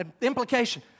Implication